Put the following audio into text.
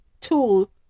tool